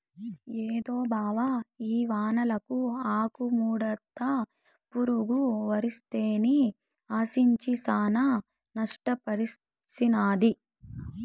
ఏందో బావ ఈ వానలకు ఆకుముడత పురుగు వరిసేన్ని ఆశించి శానా నష్టపర్సినాది